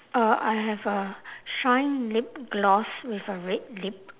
uh I have a shine lip gloss with a red lip